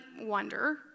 wonder